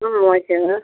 ம் ஓகேங்க